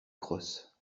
crosse